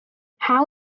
how